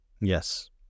Yes